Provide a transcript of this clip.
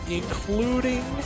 including